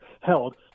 held